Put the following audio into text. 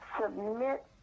submit